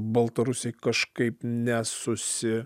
baltarusiai kažkaip nesusi